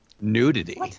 Nudity